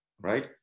right